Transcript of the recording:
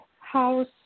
house